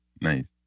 nice